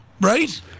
Right